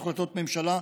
בהחלטות ממשלה,